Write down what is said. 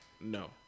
no